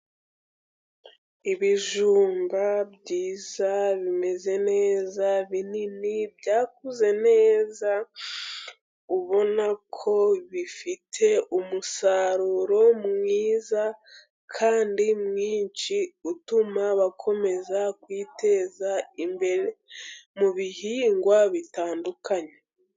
Ibijumba byiza bimeze neza binini byakuze neza, ubona ko bifite umusaruro mwiza kandi mwinshi, utuma bakomeza kwiteza imbere mu bihingwa bitandukanye.